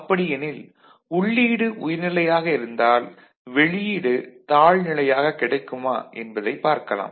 அப்படியெனில் உள்ளீடு உயர்நிலையாக இருந்தால் வெளியீடு தாழ்நிலையாக கிடைக்குமா என்பதைப் பார்க்கலாம்